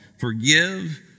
forgive